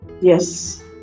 yes